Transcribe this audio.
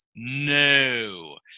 No